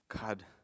God